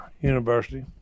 University